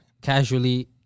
Casually